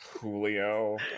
Julio